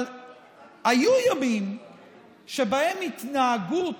אבל היו ימים שבהם התנהגות